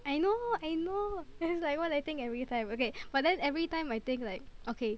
I know I know it's like what I think everytime okay but then everytime I think like okay